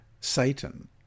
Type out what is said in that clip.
Satan